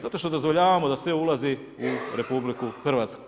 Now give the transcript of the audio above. Zato što dozvoljavamo da sve ulazi u RH.